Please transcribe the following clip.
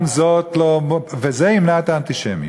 וזה ימנע את האנטישמיות.